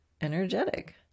energetic